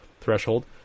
Threshold